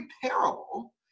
parable